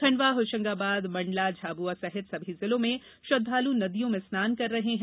खंडवा होशंगाबाद मंडला झाबुआ सहित सभी जिलों में श्रद्वालु नदियों में स्नान कर रहे हैं